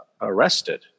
arrested